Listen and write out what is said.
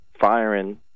firing